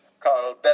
Carl